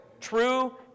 true